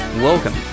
Welcome